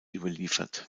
überliefert